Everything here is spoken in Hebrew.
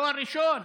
תואר ראשון,